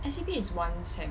S_E_P is one sem